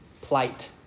plight